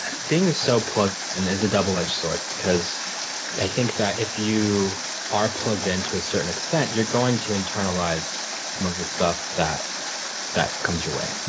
and being so plugged in is a double edged sword. because i think if you are plugged in to a certain extent, you're going to internalize some of the stuff that that comes your way,